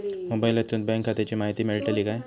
मोबाईलातसून बँक खात्याची माहिती मेळतली काय?